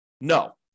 No